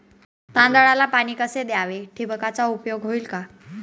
तांदळाला पाणी कसे द्यावे? ठिबकचा उपयोग होईल का?